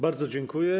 Bardzo dziękuję.